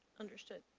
understood.